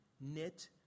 knit